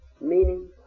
meaning